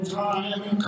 time